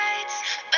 lights